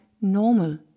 normal